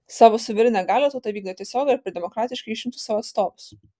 savo suverenią galią tauta vykdo tiesiogiai ar per demokratiškai išrinktus savo atstovus